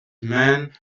men